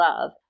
love